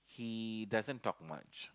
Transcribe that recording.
he doesn't talk much